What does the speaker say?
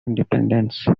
independence